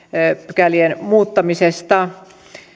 pykälien muuttamisesta